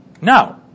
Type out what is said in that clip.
No